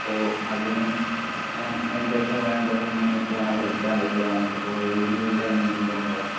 അപ്പോൾ അതിന് എന്തൊക്കെയാണ് വേണ്ടത് എങ്ങനെയൊക്കെയാണ് എടുക്കാൻ പറ്റുക നമുക്ക് ഇപ്പോൾ ഏജ് ലിമിറ്റ് അങ്ങനെ എന്തെങ്കിലും ഉണ്ടോ